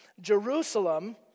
Jerusalem